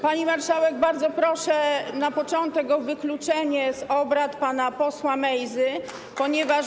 Pani marszałek, bardzo proszę na początku o wykluczenie z obrad pana posła Mejzy, ponieważ.